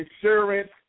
insurance